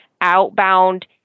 outbound